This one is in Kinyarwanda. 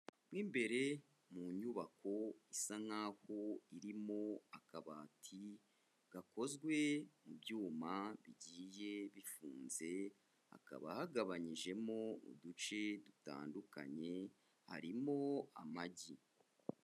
Mo imbere mu nyubako isa nkaho irimo akabati gakozwe mu byuma bigiye bifunze, hakaba hagabanyijemo uduce dutandukanye harimo amagi.